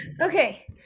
Okay